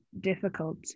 difficult